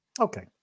Okay